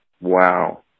Wow